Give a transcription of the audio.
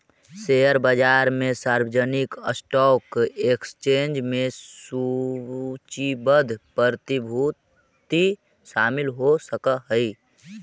share बाजार में सार्वजनिक स्टॉक एक्सचेंज में सूचीबद्ध प्रतिभूति शामिल हो सकऽ हइ